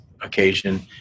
occasion